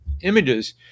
images